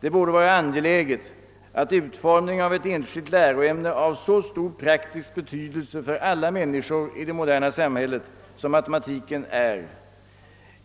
Det borde vara angeläget att utform Ningen av ett enskilt läroämne av så Stor praktisk betydelse för alla männi skor i ett modernt samhälle, som matematiken onekligen har,